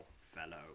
fellow